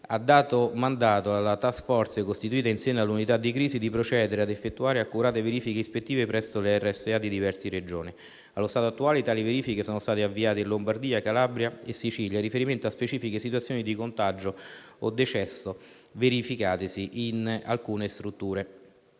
ha dato mandato alla *task force*, costituita in seno all'unità di crisi, di procedere ad effettuare accurate verifiche ispettive presso le RSA di diverse Regioni. Allo stato attuale, tali verifiche sono state avviate in Lombardia, Calabria e Sicilia, in riferimento a specifiche situazioni di contagio o decesso verificatesi in alcune strutture